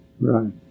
Right